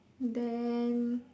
then